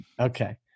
Okay